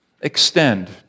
extend